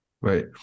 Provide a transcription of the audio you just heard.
Right